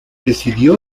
decidió